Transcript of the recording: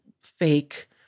fake